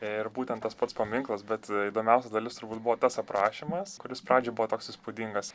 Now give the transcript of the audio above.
ir būtent tas pats paminklas bet įdomiausia dalis turbūt buvo tas aprašymas kuris pradžioj buvo toks įspūdingas